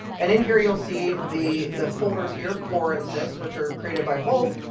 and in here, you'll see the the folders here core and sys, which are created by vault.